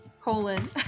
Colon